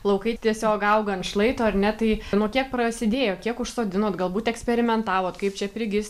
laukai tiesiog auga ant šlaito ar ne tai nuo kiek prasidėjo kiek užsodinot galbūt eksperimentavot kaip čia prigis